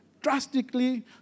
drastically